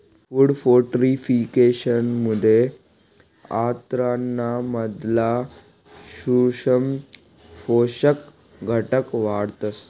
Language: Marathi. फूड फोर्टिफिकेशनमुये अन्नाना मधला सूक्ष्म पोषक घटक वाढतस